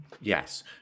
Yes